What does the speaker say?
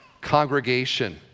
congregation